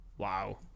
Wow